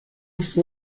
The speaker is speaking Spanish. fue